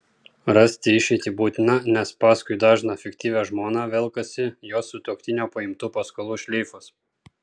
rasti išeitį būtina nes paskui dažną fiktyvią žmoną velkasi jos sutuoktinio paimtų paskolų šleifas